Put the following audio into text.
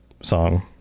song